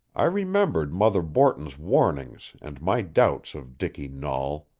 i remembered mother borton's warnings and my doubts of dicky nahl.